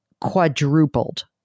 quadrupled